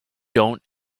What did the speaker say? don’t